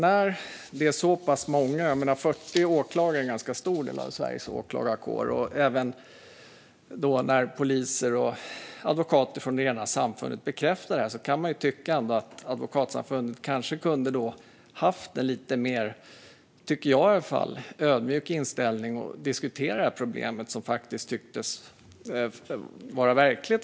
När det är så pass många åklagare - 40 åklagare är en ganska stor del av Sveriges åklagarkår - och även poliser och advokater som bekräftar det här tycker jag att Advokatsamfundet kunde ha en lite mer ödmjuk inställning och diskutera det här problemet, som faktiskt tycks vara verkligt.